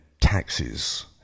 taxes